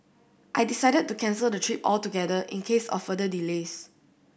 I decided to cancel the trip altogether in case of further delays